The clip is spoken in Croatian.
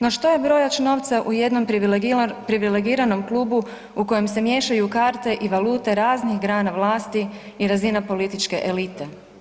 No što je brojač novca u jednom privilegiranom klubu u kojem se miješaju karte i valute raznih grana vlasti i razina političke elite?